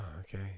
okay